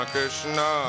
Krishna